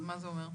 מה זה אומר?